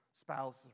spouse